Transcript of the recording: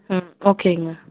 ம் ஓகேங்க